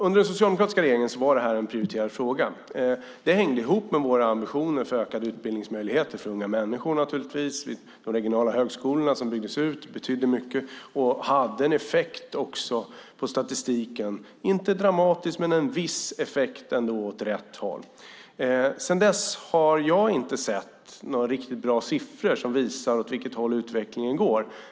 Under den socialdemokratiska regeringen var detta en prioriterad fråga. Det hängde ihop med våra ambitioner för ökade utbildningsmöjligheter för unga människor, naturligtvis. De regionala högskolorna, som byggdes ut, betydde mycket och hade en inte dramatisk men ändå en viss effekt åt rätt håll. Sedan dess har jag inte sett några riktigt bra siffror som visar åt vilket håll utvecklingen går.